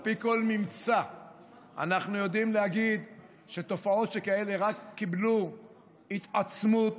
על פי כל ממצא אנחנו יודעים להגיד שתופעות שכאלה רק קיבלו התעצמות,